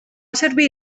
servir